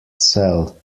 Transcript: sell